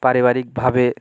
পারিবারিকভাবে